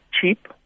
cheap